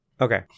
Okay